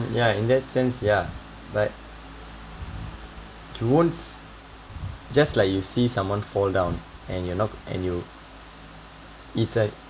ya in that sense ya like you won't se~ just like you see someone fall down and you are not and you it's like